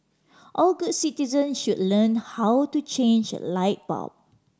all good citizen should learn how to change a light bulb